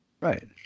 Right